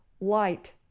light